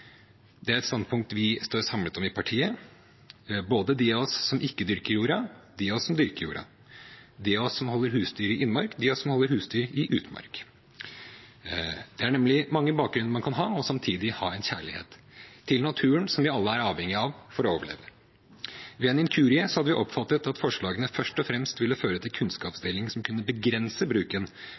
Det er et standpunkt vi står samlet om i partiet, både de av oss som ikke dyrker jorda, og de av oss som dyrker jorda, de av oss som holder husdyr i innmark, og de av oss som holder husdyr i utmark. Det er nemlig mange bakgrunner man kan ha, og samtidig ha en kjærlighet til naturen, som vi alle er avhengige av for å overleve. Ved en inkurie har vi oppfattet at forslagene først og fremst ville føre til kunnskapsdeling som kunne begrense bruken